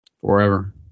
forever